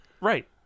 Right